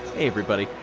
everybody,